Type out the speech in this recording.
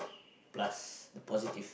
plus the positive